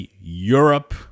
Europe